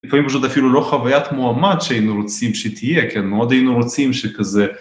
לפעמים פשוט אפילו לא חוויית מועמד שהיינו רוצים שתהיה, כי מאוד היינו רוצים שכזה...